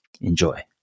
Enjoy